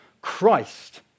Christ